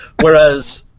Whereas